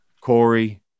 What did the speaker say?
Corey